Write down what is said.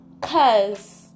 Cause